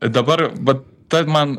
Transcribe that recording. dabar vat ta man